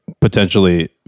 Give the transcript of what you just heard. potentially